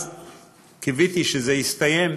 אז קיוויתי שזה הסתיים,